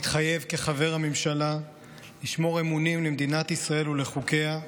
מתחייב כחבר הממשלה לשמור אמונים למדינת ישראל ולחוקיה,